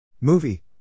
Movie